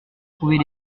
trouver